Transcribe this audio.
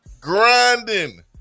grinding